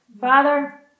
Father